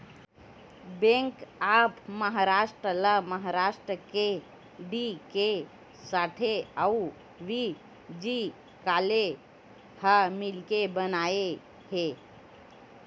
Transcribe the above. bank of Maharashtra ल महारास्ट के D K Sathe अउ व्ही.जी काले ह मिलके बनाए हे